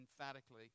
emphatically